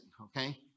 okay